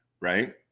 right